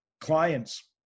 clients